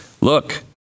look